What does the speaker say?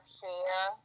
share